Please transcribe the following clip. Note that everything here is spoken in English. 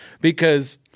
because-